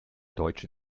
deutsche